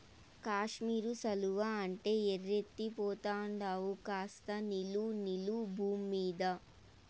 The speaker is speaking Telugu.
కాశ్మీరు శాలువా అంటే ఎర్రెత్తి పోతండావు కాస్త నిలు నిలు బూమ్మీద